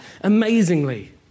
amazingly